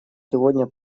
сегодня